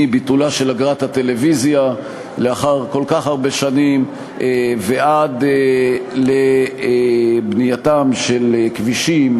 מביטולה של אגרת הטלוויזיה לאחר כל כך הרבה שנים ועד לבנייתם של כבישים,